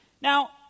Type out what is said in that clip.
Now